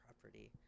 property